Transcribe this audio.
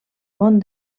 món